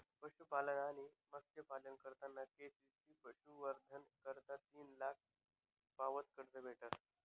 पशुपालन आणि मत्स्यपालना करता के.सी.सी पशुसंवर्धन करता तीन लाख पावत कर्ज भेटस